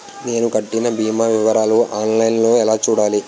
నేను కట్టిన భీమా వివరాలు ఆన్ లైన్ లో ఎలా చూడాలి?